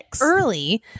early